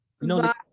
no